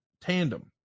tandem